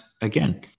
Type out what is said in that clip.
again